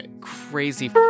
Crazy